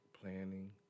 planning